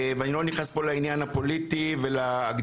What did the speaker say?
ואני לא נכנס פה לעניין הפוליטי ולהגדרות.